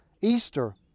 Easter